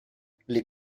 les